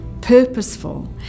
purposeful